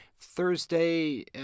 Thursday